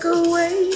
away